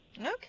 Okay